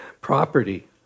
property